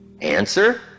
Answer